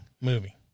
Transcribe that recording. movie